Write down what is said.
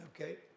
Okay